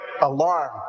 alarm